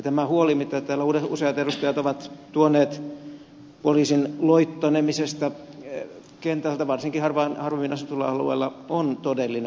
tämä huoli minkä useat edustajat ovat tuoneet esille poliisin loittonemisesta kentältä varsinkin harvaanasutuilla alueilla on todellinen